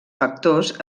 factors